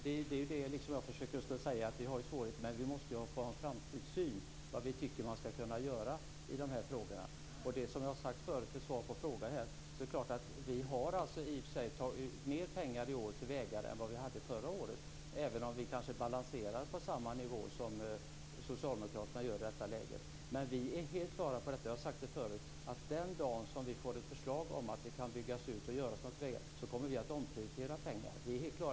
Fru talman! Det är det jag försöker säga. Vi har svårigheter, men vi måste få ha en framtidssyn och uttrycka vad vi tycker att man ska kunna göra i dessa frågor. Jag har sagt det förut som svar på frågor. Vi har i och för sig lagt mer pengar i år på vägar än vad vi gjorde förra året, även om vi kanske balanserar på samma nivå som socialdemokraterna gör i detta läge. Men vi är helt klara över - jag har sagt det förut - att vi den dagen vi får ett förslag om att man kan bygga ut och göra något åt vägarna kommer att omfördela pengar.